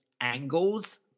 angles